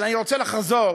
אבל אני רוצה לחזור